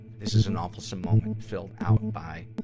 this is an awfulsome moment filled out by